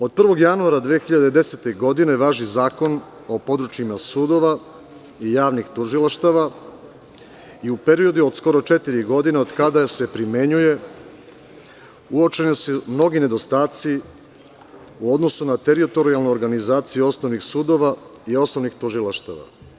Od 1. januara 2010. godine važi Zakon o područjima sudova i javnih tužilaštava i u periodu od skoro četiri godine, od kada se primenjuje, uočeni su mnogi nedostaci u odnosu na teritorijalnu organizaciju osnovnih sudova i osnovnih tužilaštava.